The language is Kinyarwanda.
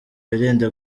wirinde